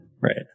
right